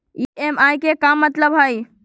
EMI के का मतलब हई?